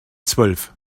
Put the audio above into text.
zwölf